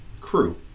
Crew